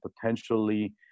potentially